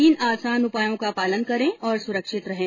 तीन आसान उपायों का पालन करें और सुरक्षित रहें